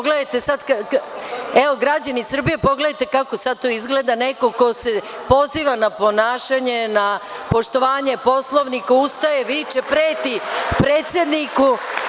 Građani Srbije, pogledajte sada kako to izgleda, neko ko se poziva na ponašanje na poštovanje Poslovnika ustaje, viče, preti, predsedniku.